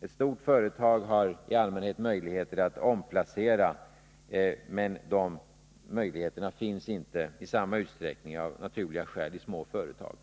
Ett stort företag har i allmänhet möjligheter att omplacera, men de möjligheterna finns av naturliga skäl inte i samma utsträckning i små företag.